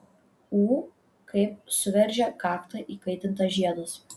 ū kaip suveržė kaktą įkaitintas žiedas